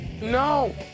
No